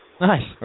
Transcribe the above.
Nice